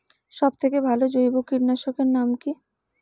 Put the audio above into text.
সব থেকে ভালো জৈব কীটনাশক এর নাম কি?